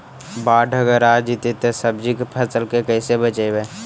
बाढ़ अगर आ जैतै त सब्जी के फ़सल के कैसे बचइबै?